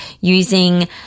using